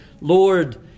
Lord